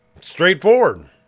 straightforward